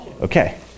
Okay